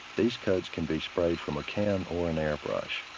these coats can be sprayed from a can or an airbrush.